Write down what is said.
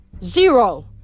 zero